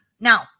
Now